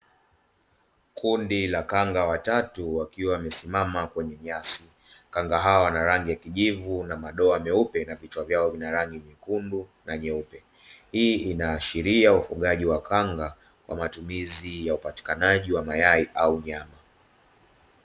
Kundi la kanga wa tatu wakiwa wamesimama kwenye nyasi khanga hawa na rangi ya kijivu na madoa meupe na vichwa vyao vina rangi nyekundu na nyeupe, hii inaashiria ufugaji wa kanga kwa matumizi ya upatikanaji wa mayai au nyama.